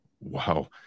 Wow